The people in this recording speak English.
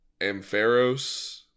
Ampharos